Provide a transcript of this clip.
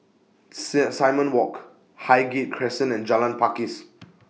SIM Simon Walk Highgate Crescent and Jalan Pakis